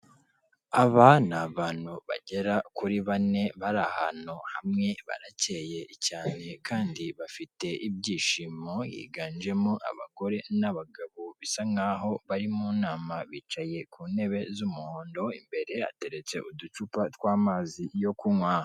Aba ni abantu bagera kuri bane bari ahantu hamwe baracye cyane kandi bafite ibyishimo higanjemo abagore n'abagabo bisa nk'aho bari mu nama bicaye ku ntebe z'umuhondo, imbere ateretse uducupa tw'amazi yo kunywa.